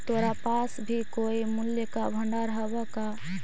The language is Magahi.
तोरा पास भी कोई मूल्य का भंडार हवअ का